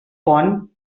pont